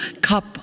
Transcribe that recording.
cup